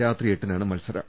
രാത്രി എട്ടിനാണ് മത്സരം